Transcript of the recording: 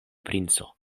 princo